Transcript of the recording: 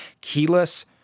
keyless